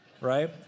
right